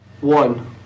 One